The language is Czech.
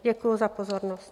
Děkuji za pozornost.